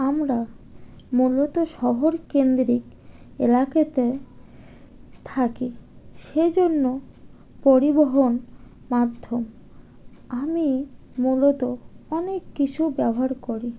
আমরা মূলত শহর কেন্দ্রিক এলাকাতে থাকি সে জন্য পরিবহন মাধ্যম আমি মূলত অনেক কিছু ব্যবহার করি